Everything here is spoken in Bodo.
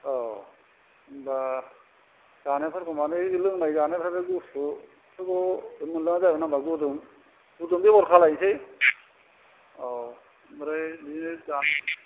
औ होनबा जानायफोरखौ मानि लोंनाय जानायफ्रा बे गुसु खौ मोनलोंआ जागोन ना होनबा गुदुं गुदुं बेबर खालायसै औ ओमफ्राय बे